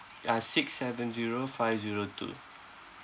uh six seven zero five zero two